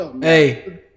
Hey